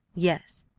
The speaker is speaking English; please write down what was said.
yes,